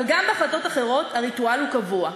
אבל גם בהחלטות אחרות הריטואל הוא קבוע,